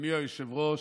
אדוני היושב-ראש,